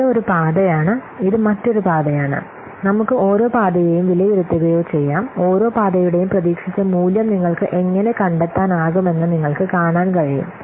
ഇത് ഒരു പാതയാണ് ഇത് മറ്റൊരു പാതയാണ് നമുക്ക് ഓരോ പാതയെയും വിലയിരുത്തുകയോ ചെയ്യാം ഓരോ പാതയുടെയും പ്രതീക്ഷിച്ച മൂല്യം നിങ്ങൾക്ക് എങ്ങനെ കണ്ടെത്താനാകുമെന്ന് നിങ്ങൾക്ക് കാണാൻ കഴിയും